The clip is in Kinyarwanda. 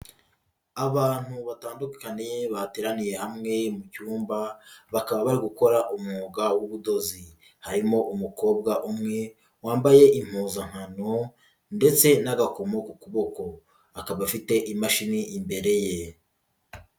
Abantu batandukanye bateraniye hamwe mu cyumba bakaba bari gukora umwuga w'ubudozi harimo umukobwa umwe wambaye impuzankano ndetse n'agakomo ku kuboko akaba afite imashini imbere ye.